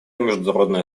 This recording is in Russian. международное